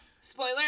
spoiler